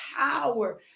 power